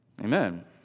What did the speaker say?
Amen